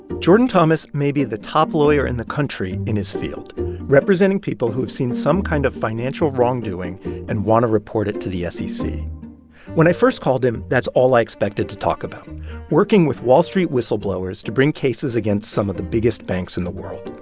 jordan thomas may be the top lawyer in the country in his field representing people who have seen some kind of financial wrongdoing and want to report it to the sec. when i first called him, that's all i expected to talk about working with wall street whistleblowers to bring cases against some of the biggest banks in the world.